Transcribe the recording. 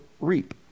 reap